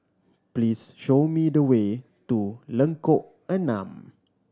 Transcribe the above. please show me the way to Lengkok Enam